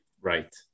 Right